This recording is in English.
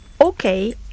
Okay